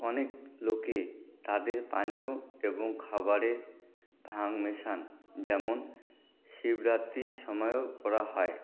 অনেক লোকে তাদের পানীয় এবং খাবারে ভাং মেশান যেমন শিবরাত্রির সময়ও করা হয়